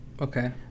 okay